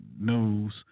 news